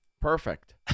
Perfect